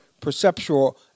perceptual